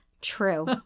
True